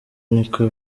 niko